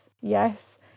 yes